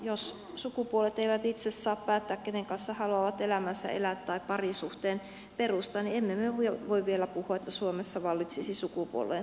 jos sukupuolet eivät itse saa päättää kenen kanssa haluavat elämänsä elää tai parisuhteen perustan niin emme voi vielä puhua että suomessa vallitsisi sukupuolten tasa arvo